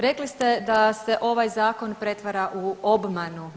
Rekli ste da se ovaj Zakon pretvara u obmanu.